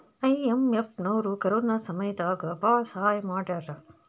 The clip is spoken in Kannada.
ಐ.ಎಂ.ಎಫ್ ನವ್ರು ಕೊರೊನಾ ಸಮಯ ದಾಗ ಭಾಳ ಸಹಾಯ ಮಾಡ್ಯಾರ